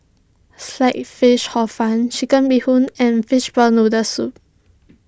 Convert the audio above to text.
Sliced Fish Hor Fun Chicken Bee Hoon and Fishball Noodle Soup